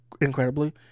incredibly